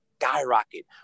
skyrocket